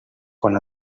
quan